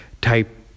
type